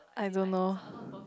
I don't know